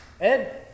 Ed